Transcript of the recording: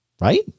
right